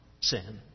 sin